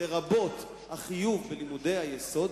לרבות החיוב בלימודי היסוד,